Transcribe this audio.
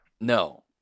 No